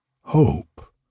hope